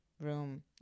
room